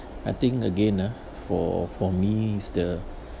I think again nah for for me is the